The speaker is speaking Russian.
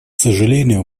сожалению